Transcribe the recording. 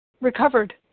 recovered